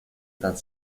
tan